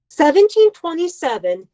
1727